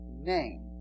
name